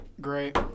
Great